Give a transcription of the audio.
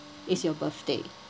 is your birthday